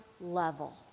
level